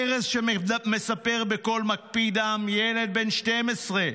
ארז, שמספר בקול מקפיא דם, ילד בן 12,